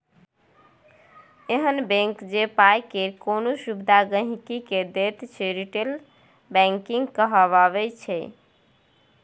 एहन बैंक जे पाइ केर कोनो सुविधा गांहिकी के दैत छै रिटेल बैंकिंग कहाबै छै